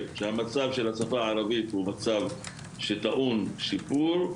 שהמצב של לימודי השפה הערבית הוא מצב שטעון שיפור.